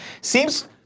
seems